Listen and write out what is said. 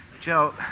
Joe